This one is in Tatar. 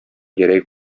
гәрәй